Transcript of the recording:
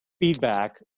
Feedback